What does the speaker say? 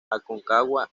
aconcagua